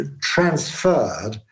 transferred